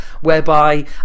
whereby